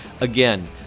Again